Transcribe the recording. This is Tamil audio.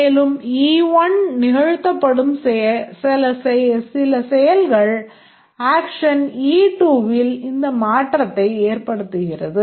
மேலும் e1 நிகழ்த்தப்படும் சில செயல்கள் e2 வில் இந்த மாற்றத்தை ஏற்படுத்துகிறது